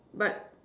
but